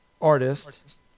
artist